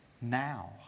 now